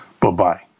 Bye-bye